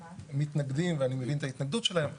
מתנגדים ואני מבין את ההתנגדות שלהם.